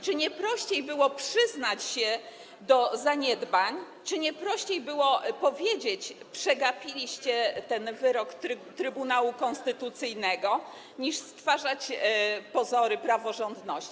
Czy nie prościej było przyznać się do zaniedbań, czy nie prościej było powiedzieć, że przegapiliście ten wyrok Trybunału Konstytucyjnego, niż stwarzać pozory praworządności?